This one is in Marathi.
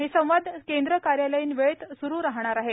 हे संवाद केंद्र कार्यालयीन वेळेत सुरु राहणार आहे